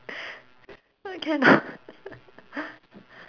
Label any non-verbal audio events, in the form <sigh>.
can or not <laughs>